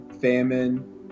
famine